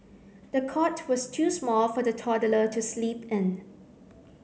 the cot was too small for the toddler to sleep in